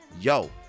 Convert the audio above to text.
yo